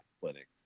clinic